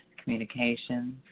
communications